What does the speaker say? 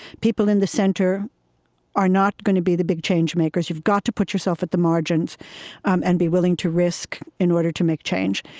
people in the center are not going to be the big change makers. you've got to put yourself at the margins um and be willing to risk in order to make change.